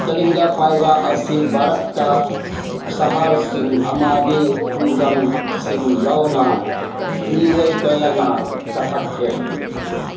ꯇꯦꯂꯪꯒ ꯄꯥꯏꯕ ꯑꯁꯤ ꯚꯥꯔꯠꯇ ꯁꯥꯍꯔꯁꯤꯡ ꯑꯃꯗꯤ ꯈꯨꯡꯒꯪꯁꯤꯡ ꯌꯥꯎꯅ ꯃꯤꯑꯣꯏ ꯀꯌꯥꯅ ꯆꯊꯈ꯭ꯔꯦ